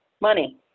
Money